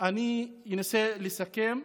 אני אנסה לסכם,